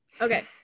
Okay